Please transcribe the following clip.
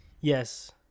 yes